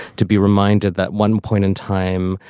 to be reminded that one point in time.